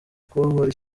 kubohora